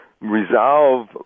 resolve